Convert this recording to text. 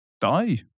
die